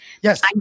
Yes